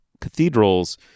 cathedrals